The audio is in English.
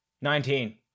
Nineteen